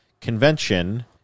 convention